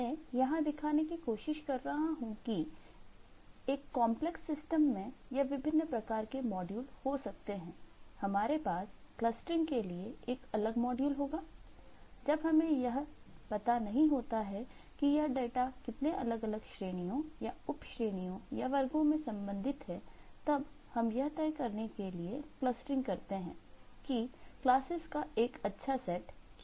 मैं यह दिखाने की कोशिश कर रहा हूं कि एक कांपलेक्स सिस्टम करते हैं कि classes का एक अच्छा सेट क्या है